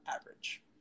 average